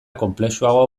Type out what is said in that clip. konplexuago